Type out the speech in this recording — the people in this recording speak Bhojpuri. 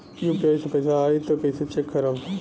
यू.पी.आई से पैसा आई त कइसे चेक खरब?